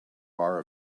bar